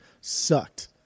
Sucked